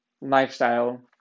lifestyle